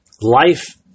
Life